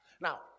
Now